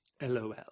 LOL